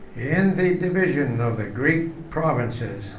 in the division of the greek provinces,